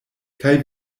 kaj